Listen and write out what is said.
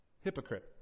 hypocrite